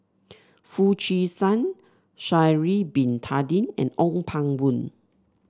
Foo Chee San Sha'ari Bin Tadin and Ong Pang Boon